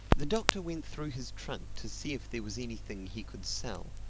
the doctor went through his trunk to see if there was anything he could sell.